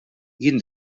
jien